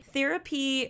Therapy